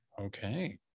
Okay